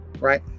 right